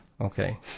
Okay